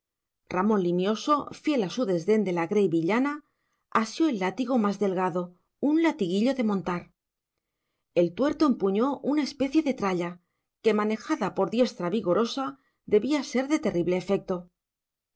ramón limioso fiel a su desdén de la grey villana asió el látigo más delgado un latiguillo de montar el tuerto empuñó una especie de tralla que manejada por diestra vigorosa debía ser de terrible efecto